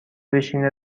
بشینه